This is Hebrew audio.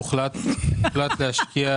הוחלט להשקיע